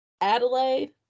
Adelaide